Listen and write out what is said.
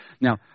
Now